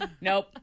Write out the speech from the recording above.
Nope